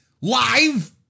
live